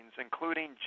including